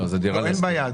אין בעיה.